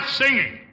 singing